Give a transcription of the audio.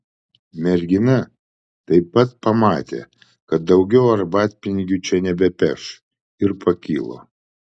mergina taip pat pamatė kad daugiau arbatpinigių čia nebepeš ir pakilo